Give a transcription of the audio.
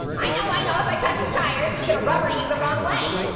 i know, i know, if i touch the tires, it's gonna rubber you the wrong way.